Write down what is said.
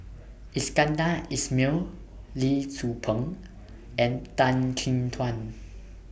Iskandar Ismail Lee Tzu Pheng and Tan Chin Tuan